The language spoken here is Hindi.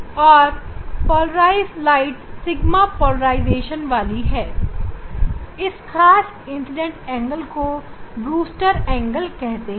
यह पोलराइज प्रकाश सिगमा पोलराइजेशन वाली है हम इस विशेष इंसीडेंट एंगल को बूस्टर एंगल कहते हैं